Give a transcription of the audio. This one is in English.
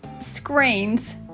screens